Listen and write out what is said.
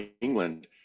England